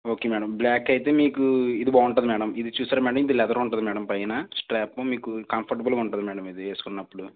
okay madam black అయితే మీకూ ఇది బాగుంటాది మ్యాడమ్ ఇది చూశారా మ్యాడం ఇది లెదర్ ఉంటుంది పైన స్ట్రాపు మీకు ఇది కంఫర్టబుల్గా ఉంటుంది మ్యాడం ఇది ఏసుకున్నప్పుడు